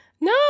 No